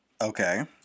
Okay